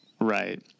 right